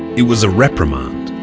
it was a reprimand.